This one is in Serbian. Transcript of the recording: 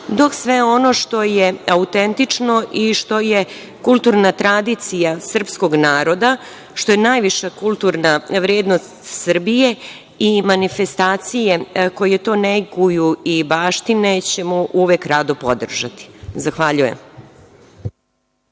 dok sve ono što je autentično i što je kulturna tradicija srpskog naroda, što je najviša kulturna vrednost Srbije i manifestacije koje to neguju i baštine, ćemo uvek rado podržati. Zahvaljujem.